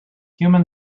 human